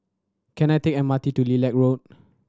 can I take M R T to Lilac Road